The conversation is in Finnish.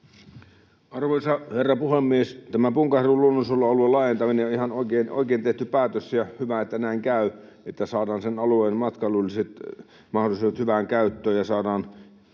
Arvoisa herra puhemies! Tämä Punkaharjun luonnonsuojelualueen laajentaminen on ihan oikein tehty päätös, ja hyvä, että näin käy, että saadaan sen alueen matkailulliset mahdollisuudet hyvään käyttöön ja saadaan